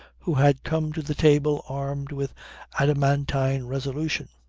who had come to the table armed with adamantine resolution.